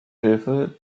hilfe